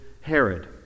Herod